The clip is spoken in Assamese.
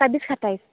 ছাব্বিছ সাতাইছ